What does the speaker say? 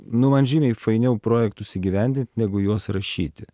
nu man žymiai fainiau projektus įgyvendint negu juos rašyti